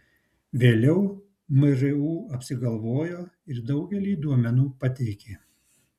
vėliau mru apsigalvojo ir daugelį duomenų pateikė